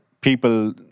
people